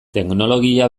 teknologia